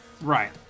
Right